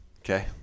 Okay